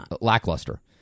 lackluster